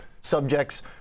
subjects